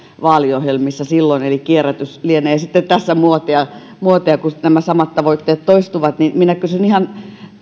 vaaliohjelmissa silloin eli kierrätys lienee sitten tässä muotia muotia kun nämä samat tavoitteet toistuvat minä kysyn ihan